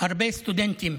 והרבה סטודנטים